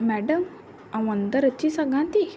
madam मां अंदरि अची सघां थी